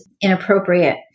inappropriate